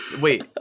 Wait